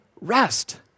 rest